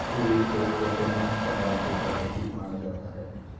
tulip को Ottoman साम्राज्य का प्रतीक माना जाता है